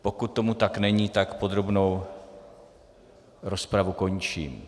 Pokud tomu tak není, podrobnou rozpravu končím.